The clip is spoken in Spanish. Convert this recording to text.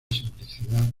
simplicidad